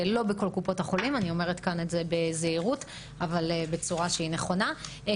אני אומרת כאן בזהירות אבל בצורה שהיא נכונה שלא בקופות החולים.